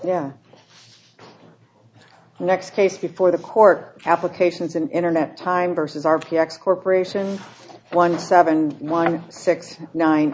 yeah next case before the court applications and internet time verses are v x corporation one seven one six nine